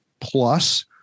plus